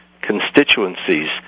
constituencies